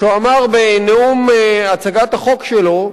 כשאמר בנאום הצגת החוק שלו